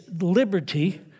liberty